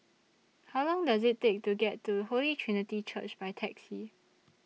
How Long Does IT Take to get to Holy Trinity Church By Taxi